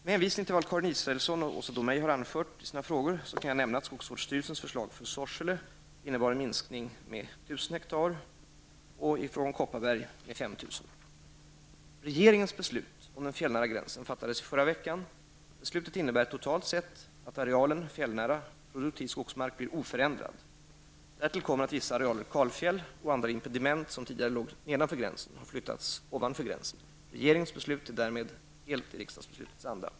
Med hänvisning till vad Karin Israelsson och Åsa Domeij har anfört i sina frågor kan jag nämna att skogsvårdsstyrelsens förslag för Sorsele kommun innebar en minskning av arealen med ca 1 000 Regeringens beslut om den fjällnära gränsen fattades i förra veckan. Beslutet innebär totalt sett att arealen fjällnära produktiv skogsmark blir oförändrad. Därtill kommer att vissa arealer kalfjäll och andra impediment som tidigare låg nedanför gränsen har flyttats ovanför gränsen. Regeringens beslut är därmed helt i riksdagsbeslutets anda.